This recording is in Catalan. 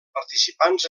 participants